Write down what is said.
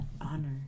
honor